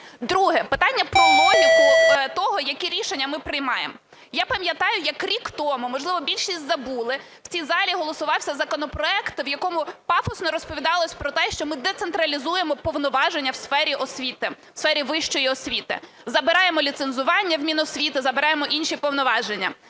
Друге: питання про логіку того, які рішення ми приймаємо. Я пам'ятаю, як рік тому, можливо, більшість забули, в цій залі голосувався законопроект, в якому пафосно розповідалось про те, що ми децентралізуємо повноваження в сфері освіти, в сфері вищої освіти: забираємо ліцензування в Міносвіти, забираємо інші повноваження.